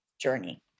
journey